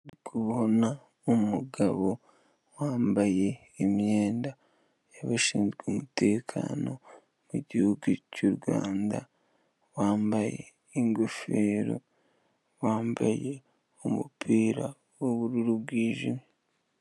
Ndi kubona umugabo wambaye imyenda y'abashinzwe umutekano mu gihugu cy'u Rwanda wambaye ingofero wambaye umupira w'ubururu bwijimye.